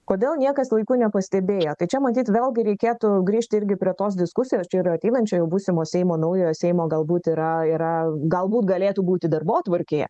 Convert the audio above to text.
kodėl niekas laiku nepastebėjo tai čia matyt vėlgi reikėtų grįžti irgi prie tos diskusijos čia ir ateinančio jau būsimo seimo naujojo seimo galbūt yra yra galbūt galėtų būti darbotvarkėje